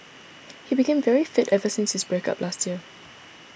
he became very fit ever since his break up last year